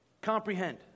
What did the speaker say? comprehend